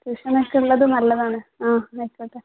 tuition ഒക്കെ ഉള്ളത് നല്ലതാണ് ആ ആയിക്കോട്ടെ